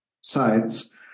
sites